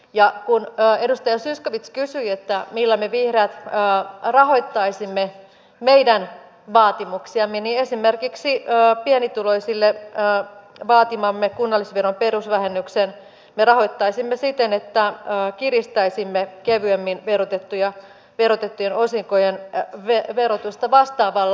ja kun edustaja zyskowicz kysyi millä me vihreät rahoittaisimme meidän vaatimuksiamme niin esimerkiksi pienituloisille vaatimamme kunnallisveron perusvähennyksen me rahoittaisimme siten että kiristäisimme kevyemmin verotettujen osinkojen verotusta vastaavalla summalla